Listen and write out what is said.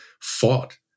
fought